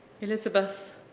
Elizabeth